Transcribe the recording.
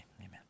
amen